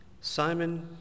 Simon